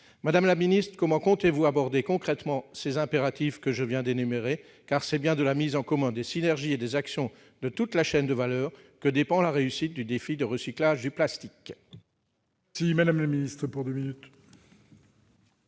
Madame la Ministre, comment comptez-vous aborder concrètement ces impératifs que je viens d'énumérer, car c'est bien de la mise en commun des synergies et des actions de toute la chaîne de valeur que dépend la réussite du défi de recyclage du plastique. Si Madame le ministre pour 2 minutes.